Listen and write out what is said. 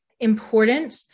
important